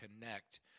connect